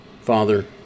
Father